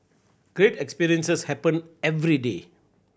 great experiences happen every day